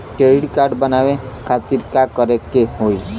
Credit card बनवावे खातिर का करे के होई?